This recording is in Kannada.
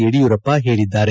ಯಡಿಯೂರಪ್ಪ ಹೇಳಿದ್ದಾರೆ